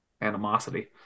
animosity